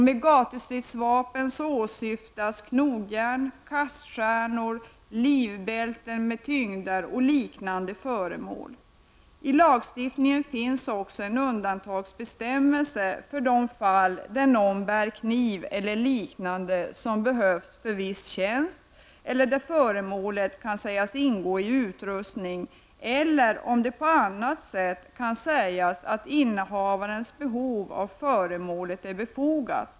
Med gatustridsvapen åsyftas knogjärn, kaststjärnor, livbälten med tyngder och liknande föremål. I lagstiftningen finns också undantagsbestämmelser för de fall där någon bär kniv eller liknande som behövs för viss tjänst, där föremålet kan sägas ingå i utrustning eller om det på annat sätt kan sägas att innehavarens behov av föremålet är befogat.